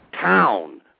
town